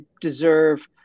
deserve